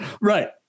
Right